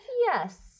Yes